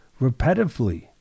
repetitively